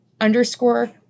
underscore